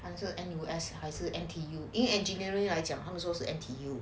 until the N_U_S 还是 N_T_U engineering 来讲他们 supposed to N_T_U